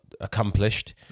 accomplished